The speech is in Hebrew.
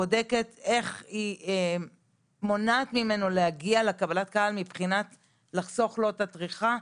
בודקת איך היא מונעת ממנו להגיע לקבלת קהל כדי לחסוך לו את הטרחה,